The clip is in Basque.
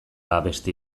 abesti